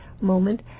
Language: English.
moment